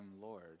Lord